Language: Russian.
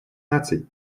наций